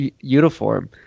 uniform